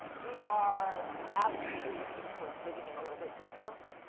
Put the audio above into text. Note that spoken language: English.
we are absolutely looking towards digging in a little bit deeper.